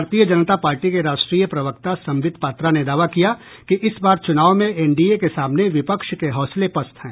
भारतीय जनता पार्टी के राष्ट्रीय प्रवक्ता संबित पात्रा ने दावा किया कि इस बार चुनाव में एनडीए के सामने विपक्ष के हौंसले पस्त हैं